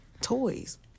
toys